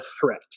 threat